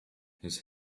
his